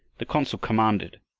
the consul commanded,